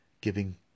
giving